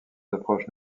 approches